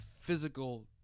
physical